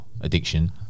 addiction